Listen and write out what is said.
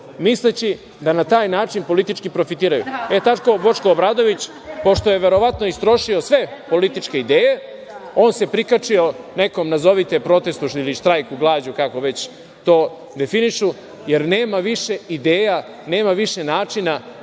misleći da na taj način politički profitiraju. Tako Boško Obradović, pošto je verovatno istrošio sve političke ideje, on se prikačio nekom nazovite protestu ili štrajku glađu, kako već to definišu, jer nema više ideja, nema više načina